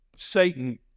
Satan